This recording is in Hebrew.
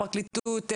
פרקליטות,